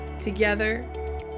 Together